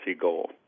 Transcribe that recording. goal